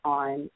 on